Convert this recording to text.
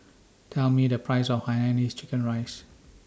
Tell Me The Price of Hainanese Chicken Rice